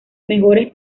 mejores